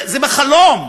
זה בחלום.